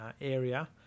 area